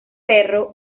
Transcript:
perro